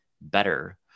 better